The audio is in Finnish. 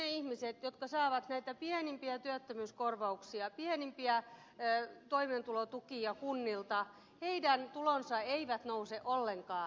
ja nyt niiden ihmisten jotka saavat näitä pienimpiä työttömyyskorvauksia pienimpiä toimeentulotukia kunnilta tulot eivät nouse ollenkaan